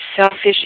selfish